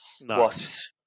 Wasps